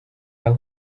aho